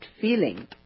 feeling